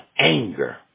anger